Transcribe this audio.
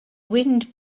wind